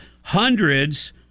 hundreds